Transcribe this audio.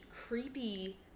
creepy